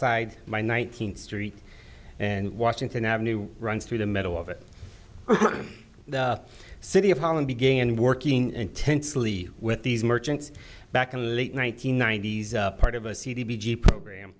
side my nineteenth street and washington avenue runs through the middle of it the city of holland began working intensely with these merchants back in the late one nine hundred ninety s part of a c d g program